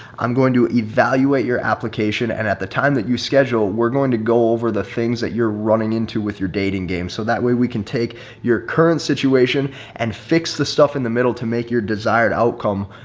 i'm going to evaluate your application. casey zander and at the time that you schedule, we're going to go over the things that you're running into with your dating game so that way we can take your current situation and fix the stuff in the middle to make your desired outcome,